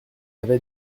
avait